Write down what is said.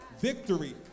victory